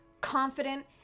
confident